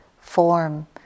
Form